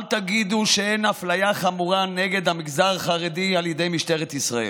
אל תגידו שאין אפליה חמורה נגד המגזר החרדי על ידי משטרת ישראל.